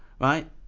Right